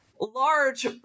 large